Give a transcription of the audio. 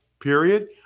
period